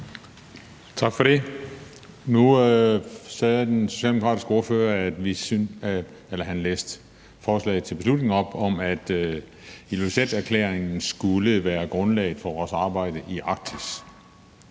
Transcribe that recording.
Tak for det. Nu læste den socialdemokratiske ordfører forslaget til vedtagelse op, hvor der står, at Ilulissaterklæringen skal være grundlaget for vores arbejde i Arktis.